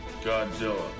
Godzilla